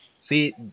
See